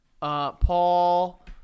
Paul